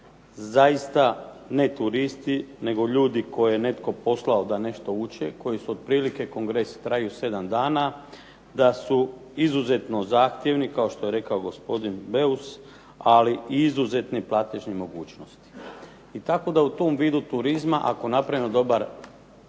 zaista ne turisti nego ljudi koje je netko poslao da nešto uče. Kongresi otprilike traju 7 dana, da su izuzetno zahtjevni kao što je rekao gospodin Beus, ali izuzetne platežne mogućnosti. I tako da u tom vidu turizma, ako napravimo dobar